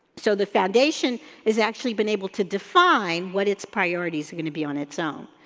so, the foundation has actually been able to define what its priorities going to be on its own